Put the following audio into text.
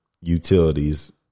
utilities